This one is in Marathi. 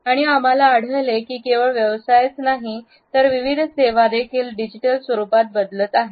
आणि आम्हाला आढळते की केवळ व्यवसायच नाही तर विविध सेवा देखील डिजिटल स्वरुपात बदलत आहेत